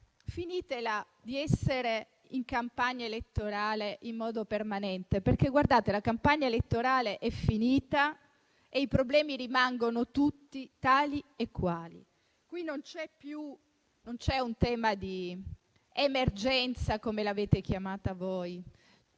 finitela di essere in campagna elettorale in modo permanente, perché la campagna elettorale è finita e i problemi rimangono tutti tali e quali. Non c'è un tema di emergenza, come l'avete chiamata voi;